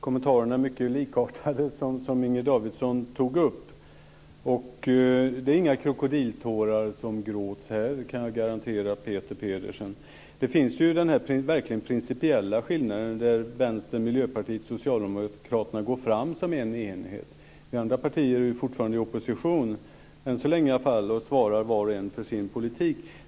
Herr talman! Inger Davidsons kommentarer är likartade. Det är inga krokodiltårar som gråts här. Det kan jag garantera, Peter Pedersen! Det finns verkligen en principiell skillnad. Vänstern, Miljöpartiet och Socialdemokraterna går ju fram som en enhet. Vi andra partier är fortfarande i opposition, i alla fall än så länge, och vart och ett svarar för sin politik.